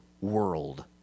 world